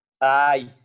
Aye